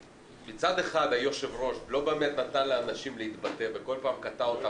מצד אחד היושב-ראש לא באמת נתן לאנשים להתבטא וכל פעם קטע אותם